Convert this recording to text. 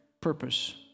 purpose